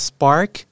Spark